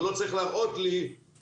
הוא לא צריך להראות לי חשבונית.